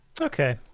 okay